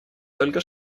только